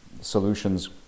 solutions